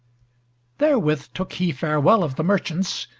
therewith took he farewell of the merchants,